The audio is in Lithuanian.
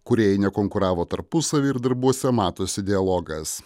kūrėjai nekonkuravo tarpusavyje ir darbuose matosi dialogas